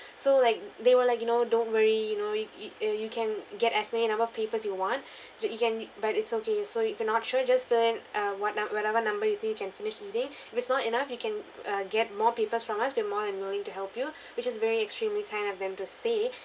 so like they were like you know don't worry you know it it uh you can get as many number papers you want so you can but it's okay so if you're not sure just fill in uh what num~ whatever number you think you can finish eating if it's not enough you can uh get more papers from us we're more than willing to help you which is very extremely kind of them to say